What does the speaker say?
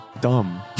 dumb